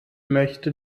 möchte